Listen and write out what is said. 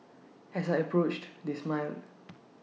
as I approached they smiled